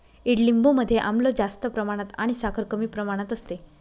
ईडलिंबू मध्ये आम्ल जास्त प्रमाणात आणि साखर कमी प्रमाणात असते